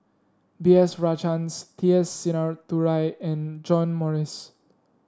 B S Rajhans T S Sinnathuray and John Morrice